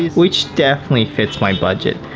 which definitely fits my budget.